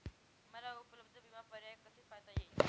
मला उपलब्ध विमा पर्याय कसे पाहता येतील?